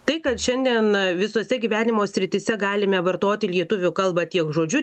tai kad šiandien visose gyvenimo srityse galime vartoti lietuvių kalbą tiek žodžiu